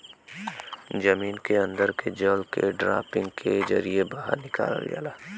जमीन के अन्दर के जल के ड्राफ्टिंग के जरिये बाहर निकाल जाला